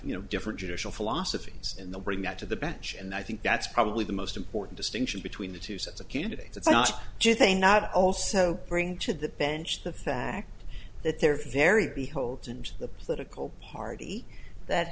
you know different judicial philosophy in the bring that to the bench and i think that's probably the most important distinction between the two sets of candidates it's not just they not also bring to the bench the fact that they're very beholden to the political party that